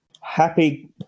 Happy